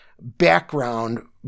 background